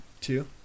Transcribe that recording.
two